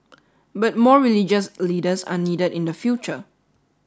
but more religious leaders are needed in the future